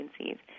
agencies